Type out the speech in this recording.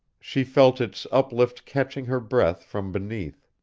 she felt its uplift catching her breath from beneath,